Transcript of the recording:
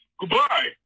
Goodbye